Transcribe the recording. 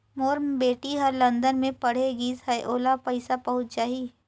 मोर बेटी हर लंदन मे पढ़े गिस हय, ओला पइसा पहुंच जाहि?